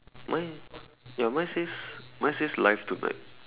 mine ya mine says mine says live tonight